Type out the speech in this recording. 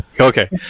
Okay